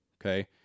okay